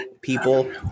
people